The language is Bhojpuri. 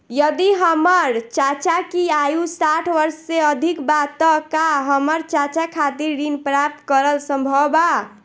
यदि हमर चाचा की आयु साठ वर्ष से अधिक बा त का हमर चाचा खातिर ऋण प्राप्त करल संभव बा